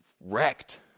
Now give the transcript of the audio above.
wrecked